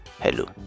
hello